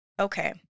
okay